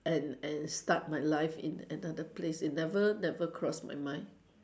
and and start my life in another place it never never crossed my mind